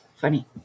Funny